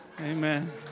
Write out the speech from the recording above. amen